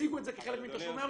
תציגו את זה כחלק מתשלומי ההורים.